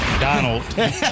Donald